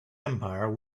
empire